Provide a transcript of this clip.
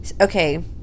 okay